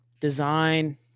design